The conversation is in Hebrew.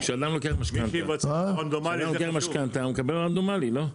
כשאדם לוקח משכנתא הוא מקבל רנדומלי, לא?